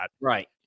Right